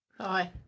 Hi